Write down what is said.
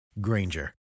Granger